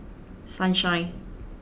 sunshine